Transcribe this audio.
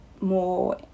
more